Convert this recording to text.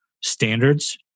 standards